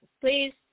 please